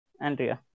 Andrea